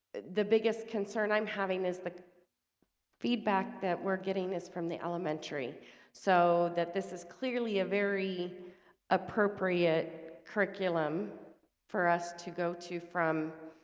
the biggest concern i'm having this the feedback that we're getting is from the elementary so that this is clearly a very appropriate curriculum for us to go to from